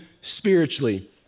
spiritually